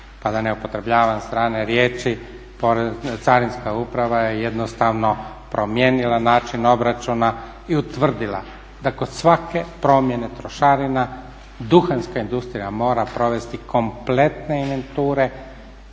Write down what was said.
Pa da ne upotrebljavat strane riječi, carinska uprava je jednostavno promijenila način obračuna i utvrdila da kod svake promjene trošarina duhanska industrija mora provesti kompletne inventure,